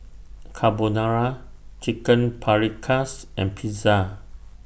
Carbonara Chicken Paprikas and Pizza